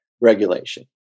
regulation